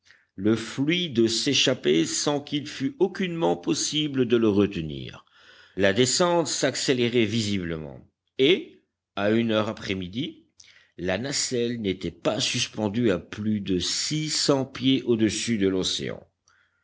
le fluide s'échappait sans qu'il fût aucunement possible de le retenir la descente s'accélérait visiblement et à une heure après midi la nacelle n'était pas suspendue à plus de six cents pieds au-dessus de l'océan